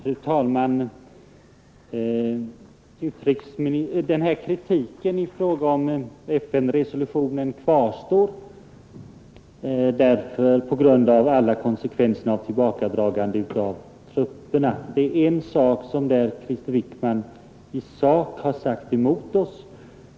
Fru talman! Kritiken i fråga om FN-resolutionen kvarstår på grund av alla konsekvenser som ett tillbakadragande av trupperna skulle fått. Det är en sak som Krister Wickman har sagt emot oss.